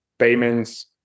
Payments